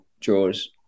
draws